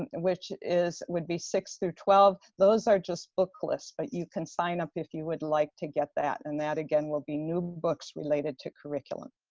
and which is, would be six through twelve. those are just book lists, but you can sign up if you would like to get that, and that again, will be new books related to curriculum.